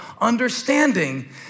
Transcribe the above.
understanding